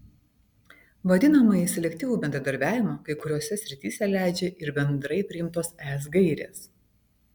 vadinamąjį selektyvų bendradarbiavimą kai kuriose srityse leidžia ir bendrai priimtos es gairės